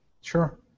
Sure